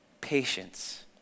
patience